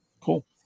cool